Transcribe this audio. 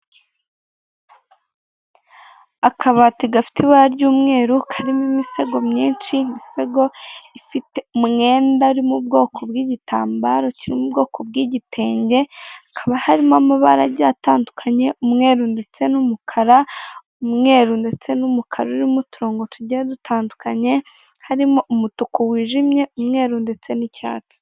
Akabati gafite ibara ry'umweru karimo imisego myinshi, imisego ifite umwenda uri mu bwoko bw'igitambaro kiri mu ubwoko bw'igitenge, hakaba harimo amabara agiye atandukanye, umweru ndetse n'umukara, umwe ndetse n'umukara urimo uturonko tugiye dutandukanye harimo umutuku wijimye umweru ndetse n'icyatsi.